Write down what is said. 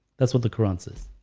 that's what the quran says.